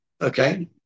okay